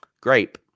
Grape